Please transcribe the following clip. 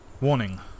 Warning